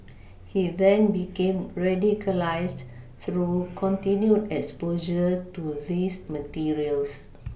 he then became radicalised through continued exposure to these materials